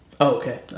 Okay